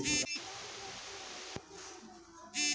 अब तक कितना लेन देन होलो हे अपने खाते का सारांश देख कर बतावा